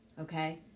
okay